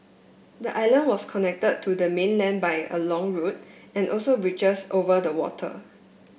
the island was connected to the mainland by a long road and also bridges over the water